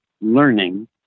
learning